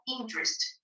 interest